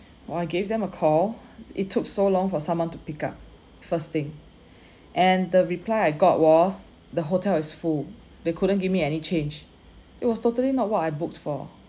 oh I gave them a call it took so long for someone to pick up first thing and the reply I got was the hotel is full they couldn't give me any change it was totally not what I booked for